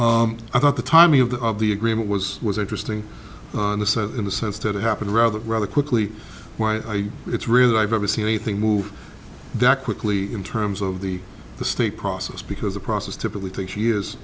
i thought the timing of the of the agreement was was interesting on the set in the sense that it happened rather rather quickly why it's rare that i've ever seen anything move that quickly in terms of the the state process because the process typically takes years